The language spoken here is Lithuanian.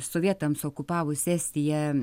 sovietams okupavus estiją